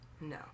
No